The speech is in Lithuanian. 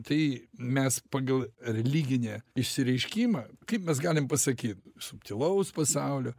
tai mes pagal religinę išsireiškimą kaip mes galim pasakyt subtilaus pasaulio